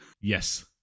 Yes